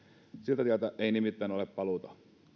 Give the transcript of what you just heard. tietä siltä tieltä ei nimittäin ole paluuta